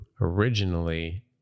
originally